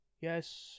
Yes